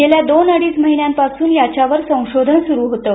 गेल्या दोन अडीच महिन्यांपासून याच्यावर संशोधन सुरू होतं